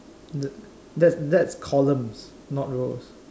th~ that's that's columns not rows